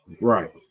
Right